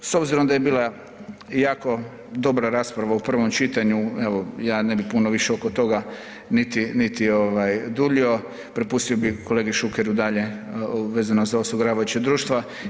S obzirom da je bila jako dobra rasprava u prvom čitanju, evo ja ne bi puno više oko toga niti, niti ovaj duljio, prepustio bi kolegi Šukeru dalje vezano za osiguravajuća društva.